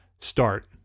start